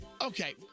Okay